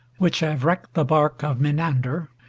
which have wrecked the bark of menander,